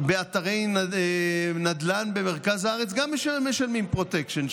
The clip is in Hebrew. באתרי נדל"ן במרכז הארץ משלמים פרוטקשן,